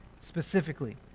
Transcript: specifically